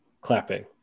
clapping